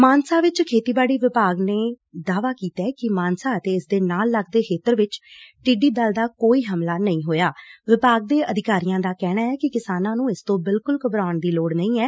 ਮਾਨਸਾ ਚ ਖੇਤੀਬਾੜੀ ਵਿਭਾਗ ਨੇ ਦਾਅਵਾ ਕੀਤਾ ਕਿ ਮਾਨਸਾ ਅਤੇ ਇਸਦੇ ਨਾਲ ਲੱਗਦੇ ਖੇਤਰ ਵਿੱਚ ਟਿੱਡੀ ਦਲ ਦਾ ਕੋਈ ਹਮਲਾ ਨਹੀ ਹੋਇਐ ਵਿਭਾਗ ਦੇ ਅਧਿਕਾਰੀਆਂ ਦਾ ਕਹਿਣੈ ਕਿ ਕਿਸਾਨਾਂ ਨੂੰ ਇਸ ਤੋ ਬਿਲਕੁਲ ਘਬਰਾਉਣ ਦੀ ਲੋੜ ਨਹੀਂ ਐ